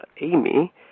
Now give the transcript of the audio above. amy